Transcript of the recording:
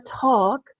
talk